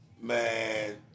Man